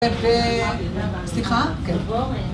סליחה?